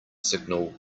signal